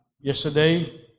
Yesterday